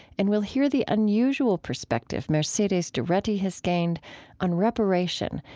and we'll hear the unusual perspective mercedes doretti has gained on reparation,